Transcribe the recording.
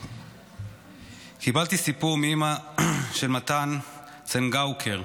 קיבלתי סיפור מאימא של מתן צנגאוקר,